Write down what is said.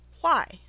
Why